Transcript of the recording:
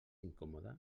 incòmode